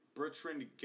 Bertrand